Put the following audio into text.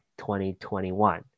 2021